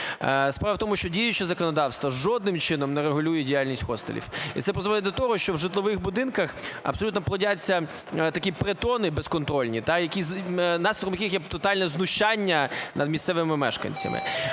Справа в тому, що діюче законодавство жодним чином не регулює діяльність хостелів. І це призводить до того, що в житлових будинках абсолютно плодяться такі притони безконтрольні, наслідком яких є тотальне знущання над місцевими мешканцями.